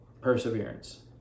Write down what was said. perseverance